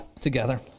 together